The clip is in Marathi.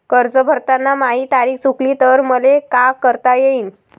कर्ज भरताना माही तारीख चुकली तर मले का करता येईन?